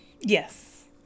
Yes